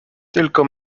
tylko